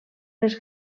les